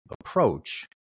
approach